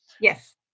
Yes